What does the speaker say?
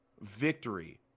victory